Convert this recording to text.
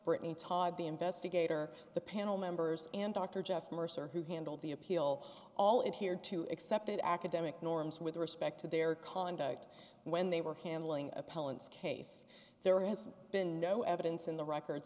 brittany todd the investigator the panel members and dr jeff mercer who handled the appeal all it here too except academic norms with respect to their conduct when they were handling appellants case there has been no evidence in the record